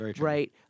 Right